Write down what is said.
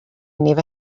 never